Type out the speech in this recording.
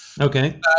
Okay